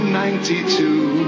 ninety-two